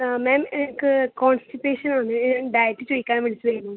ആ മാം എനിക്ക് കോൺസ്റ്റിപേഷൻ ഉണ്ട് ഡയറ്റ് ചോദിക്കാൻ വിളിച്ചതായിരുന്നു